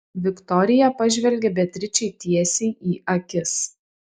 viktorija pažvelgė beatričei tiesiai į akis